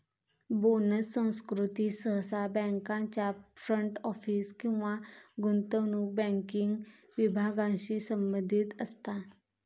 bonus संस्कृती सहसा बँकांच्या फ्रंट ऑफिस किंवा गुंतवणूक बँकिंग विभागांशी संबंधित असता